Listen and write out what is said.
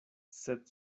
sed